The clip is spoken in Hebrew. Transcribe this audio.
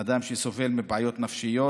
אדם שסובל מבעיות נפשיות,